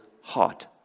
heart